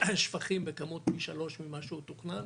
שפכים בכמות פי שלוש ממה שהוא מתוכנן.